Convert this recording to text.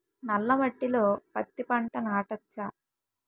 నల్ల మట్టిలో పత్తి పంట నాటచ్చా?